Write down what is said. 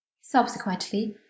subsequently